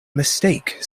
mistake